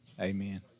Amen